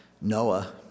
Noah